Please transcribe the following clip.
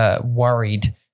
worried